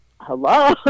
Hello